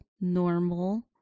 normal